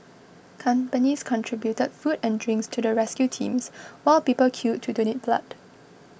companies contributed food and drinks to the rescue teams while people queued to donate blood